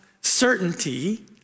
certainty